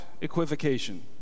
equivocation